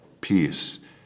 peace